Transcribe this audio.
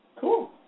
Cool